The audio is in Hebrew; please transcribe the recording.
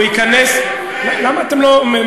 מה זה עקרוני?